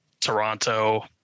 Toronto